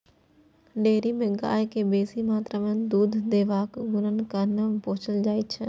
dairy मे गाय केँ बेसी मात्रा मे दुध देबाक गुणक कारणेँ पोसल जाइ छै